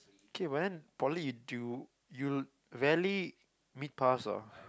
okay but then poly do you you rarely meet pass hor